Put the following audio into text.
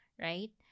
right